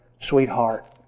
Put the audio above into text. sweetheart